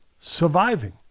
surviving